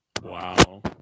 Wow